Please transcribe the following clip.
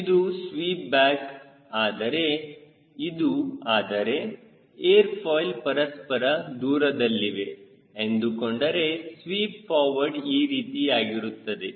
ಇದು sweep back ಆದರೆ ಇದು ಆದರೆ ಏರ್ ಫಾಯ್ಲ್ ಪರಸ್ಪರ ದೂರದಲ್ಲಿವೆ ಎಂದುಕೊಂಡರೆ ಸ್ವೀಪ್ ಫಾರ್ವರ್ಡ್ ಈ ರೀತಿಯಾಗಿರುತ್ತದೆ